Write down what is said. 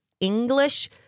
English